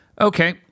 Okay